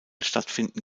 stattfinden